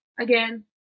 again